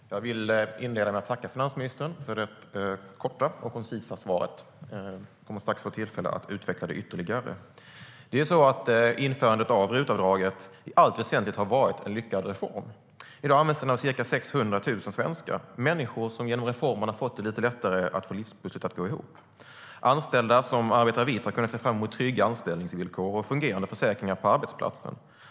Herr talman! Jag vill inleda med att tacka finansministern för det korta och koncisa svaret. Hon kommer strax att få tillfälle att utveckla det ytterligare. Införandet av RUT-avdraget har i allt väsentligt varit en lyckad reform. I dag används det av ca 600 000 svenskar, människor som genom reformen fått det lite lättare att få livspusslet att gå ihop. Anställda som arbetar vitt har kunnat se fram emot trygga anställningsvillkor och fungerande försäkringar på arbetsplatserna.